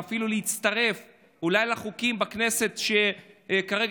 ואפילו להצטרף אולי לחוקים בכנסת שכרגע